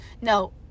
no